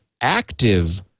active